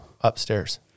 Upstairs